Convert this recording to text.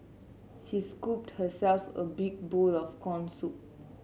she scooped herself a big bowl of corn soup